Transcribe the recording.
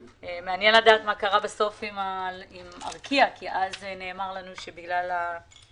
מעניין לדעת מה קרה עם ארקיע כי נאמר לנו שבגלל הסיפור